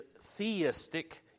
theistic